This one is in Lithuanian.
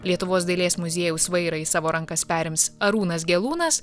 lietuvos dailės muziejaus vairą į savo rankas perims arūnas gelūnas